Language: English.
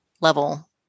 level